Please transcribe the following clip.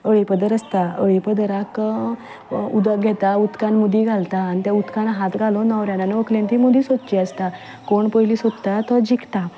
हळीपदर आसता हळीपदराक उदक घेता उदकान मुदी घालता आनी त्या उदकान हात घालून न्हवऱ्यान आनी व्हंकलेन ती मुदी सोदची आसता कोण पयलीं सोदता तो जिखता